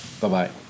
Bye-bye